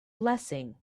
blessing